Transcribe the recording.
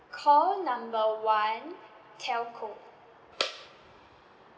call number one telco